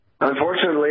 Unfortunately